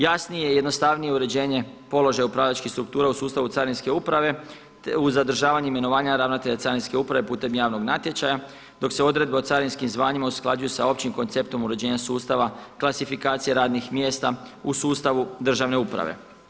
Jasnije i jednostavnije uređenje položaja upravljačkih struktura u sustavu carinske uprave, uz zadržavanje imenovanja ravnatelja carinske uprave putem javnog natječaja, dok se odredbe o carinskim zvanjima usklađuju s općim konceptom uređenja sustava, klasifikacije radnih mjesta u sustavu državne uprave.